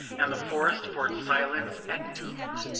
and the forest for its silence at noon.